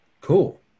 Cool